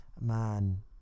man